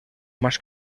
más